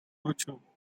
ocho